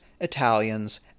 Italians